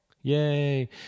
Yay